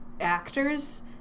actors